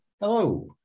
Hello